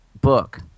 book